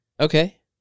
Okay